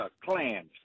clans